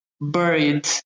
buried